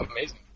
Amazing